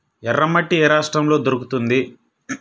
ఎర్రమట్టి ఏ రాష్ట్రంలో దొరుకుతుంది?